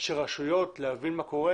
של רשויות, להבין מה קורה.